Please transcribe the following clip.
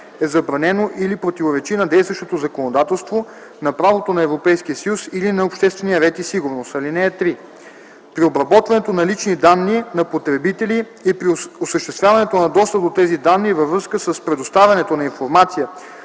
е забранено или противоречи на действащото законодателство, на правото на Европейския съюз или на обществения ред и сигурност. (3) При обработването на лични данни на потребители и при осъществяването на достъп до тези данни във връзка с предоставянето на информация